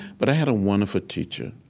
but i had a wonderful teacher